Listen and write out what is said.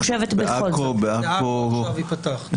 בעכו עכשיו ייפתח.